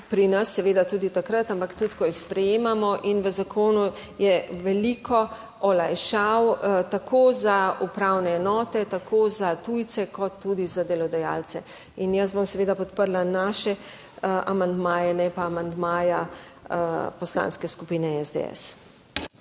pri nas, seveda tudi takrat, ampak tudi, ko jih sprejemamo. In v zakonu je veliko olajšav, tako za upravne enote, tako za tujce, kot tudi za delodajalce. In jaz bom seveda podprla naše amandmaje, ne pa amandmaja Poslanske skupine SDS.